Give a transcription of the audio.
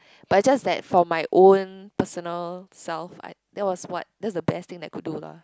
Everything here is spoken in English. but it's just that for my own personal self I that was what that's the best thing that I could do lah